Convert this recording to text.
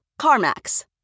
CarMax